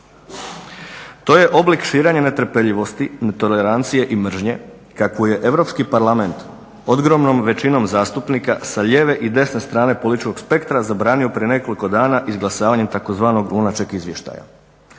To je oblik širenja netrpeljivosti, netolerancije i mržnje kakvu je Europski parlament ogromnom većinom zastupnika sa lijeve i desne strane političkog spektra zabranio prije nekoliko dana izglasavanjem tzv. Lunacek izvještaja.